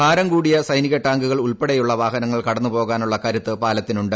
ഭാരംകൂടിയ സൈനിക ടാങ്കുകൾ ഉൾപ്പെടെയുള്ള വാഹനങ്ങൾ കടന്നു പോകാനുള്ള കരുത്ത് പാലത്തിനുണ്ട്